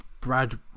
Brad